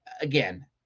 again